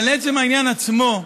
אבל לעצם העניין עצמו,